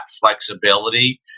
flexibility